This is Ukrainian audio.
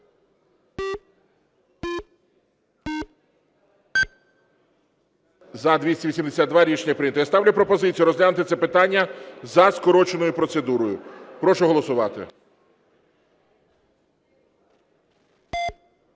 За-282 Рішення прийнято. Я ставлю пропозицію розглянути це питання за скороченою процедурою. Прошу голосувати.